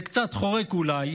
זה קצת חורק אולי,